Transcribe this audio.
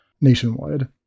nationwide